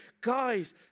guys